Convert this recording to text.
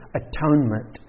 atonement